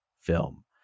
film